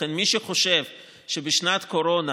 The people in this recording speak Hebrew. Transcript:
לכן מי שחושב שבשנת קורונה